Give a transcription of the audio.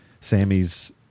Sammy's